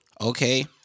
Okay